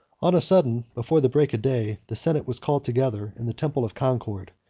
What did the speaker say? on a sudden, before the break of day, the senate was called together in the temple of concord,